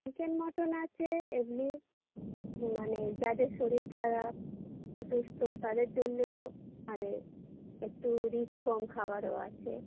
chicken mutton আছে এমনি মানে যাদের শরীর খারাপ অসুস্থ তাদের জন্যেও মানে একটু রিচ কম খাবারও আছে